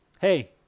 Hey